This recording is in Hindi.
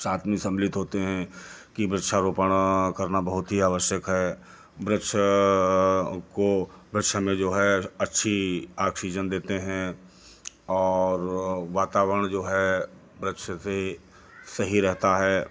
साथ में सम्मिलित होते हैं कि वृक्षारोपण करना बहुत ही आवश्यक है वृक्ष को वृक्ष हमें जो है अच्छी ऑक्सीजन देते हैं और वातावरण जो है वृक्ष से सही रहता है